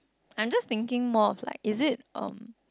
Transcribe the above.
I'm just thinking more of like is it um